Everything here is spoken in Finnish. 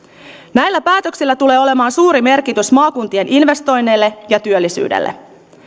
näillä päätöksillä tulee olemaan suuri merkitys maakuntien investoinneille ja työllisyydelle